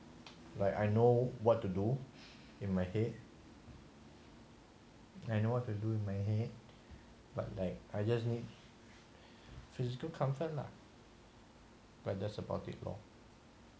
like I know what to do in my head I know what to do in my head but like I just need physical comfort lah but that's about it lor